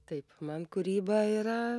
taip man kūryba yra